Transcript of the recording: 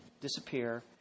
disappear